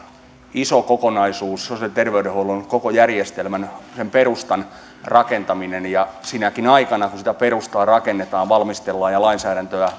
iso kokonaisuus sosiaali ja terveydenhuollon koko järjestelmän sen perustan rakentaminen ja sinäkin aikana kun sitä perustaa rakennetaan valmistellaan ja lainsäädäntöä